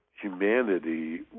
humanity